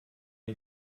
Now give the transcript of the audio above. ont